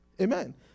Amen